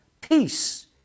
Peace